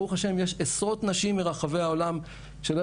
ברוך ה' יש עשרות נשים ברחבי העולם שלא